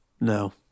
no